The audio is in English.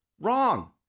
Wrong